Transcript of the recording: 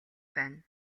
байна